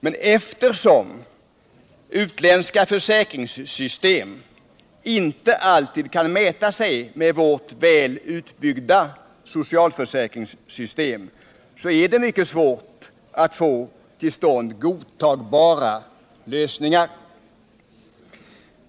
Men eftersom utländska försäkringssystem inte alltid kan mäta sig med vårt väl utbyggda socialförsäkringssystem är det mycket svårt att få till stånd godtagbara lösningar.